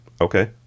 Okay